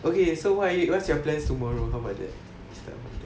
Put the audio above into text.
okay so what are you what's your plans tomorrow how about that